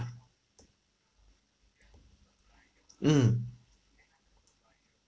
mm